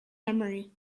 memory